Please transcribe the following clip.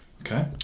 okay